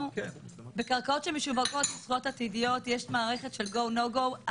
בקרקעות שמשווקות ובזכויות עתידיות יש מערכת של go no go.